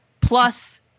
plus